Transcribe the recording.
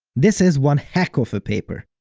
this is one heck of a paper.